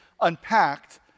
Unpacked